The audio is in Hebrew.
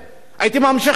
הייתי ממשיך הלאה,